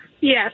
yes